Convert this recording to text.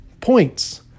points